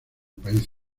país